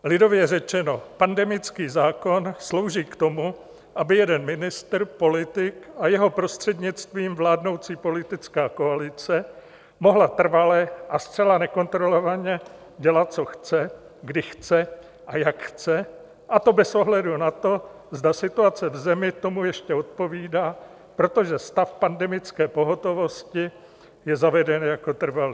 Lidově řečeno, pandemický zákon slouží k tomu, aby jeden ministr politik, a jeho prostřednictvím vládnoucí politická koalice, mohl trvale a zcela nekontrolovaně dělat, co chce, kdy chce a jak chce, a to bez ohledu na to, zda tomu situace v zemi ještě odpovídá, protože stav pandemické pohotovosti je zaveden jako trvalý.